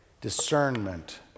discernment